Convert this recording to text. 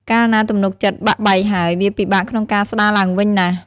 កាលណាទំនុកចិត្តបាក់បែកហើយ វាពិបាកក្នុងការស្ដារឡើងវិញណាស់។